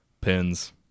pins